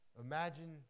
Imagine